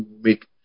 make